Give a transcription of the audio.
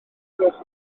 gwelwch